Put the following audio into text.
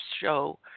show